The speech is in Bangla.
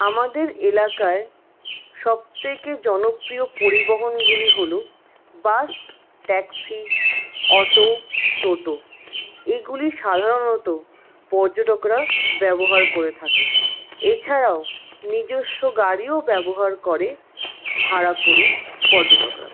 আমাদের এলাকায় সব থেকে জনপ্রিয় পরিবহনগুলি হল বাস ট্যাক্সি অটো টোটো এগুলি সাধারণত পর্যটকরা ব্যবহার করে থাকে এছাড়াও নিজস্ব গাড়িও ব্যবহার করে ভাড়া করে পর্যটকরা